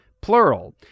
plural